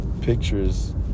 pictures